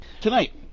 Tonight